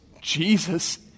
Jesus